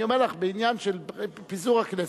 פה אני אומר לך, בעניין של פיזור הכנסת,